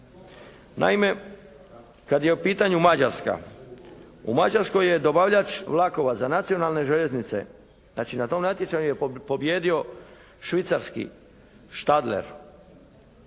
Naime kad je u pitanju Mađarska, u Mađarskoj je dobavljač vlakova za nacionalne željeznice, znači na tom natječaju je pobijedio švicarski «Stadler».